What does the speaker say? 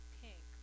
pink